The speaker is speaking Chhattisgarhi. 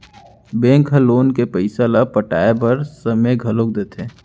बेंक ह लोन के पइसा ल पटाए बर समे घलो देथे